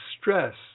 stress